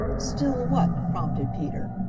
still what? prompted peter.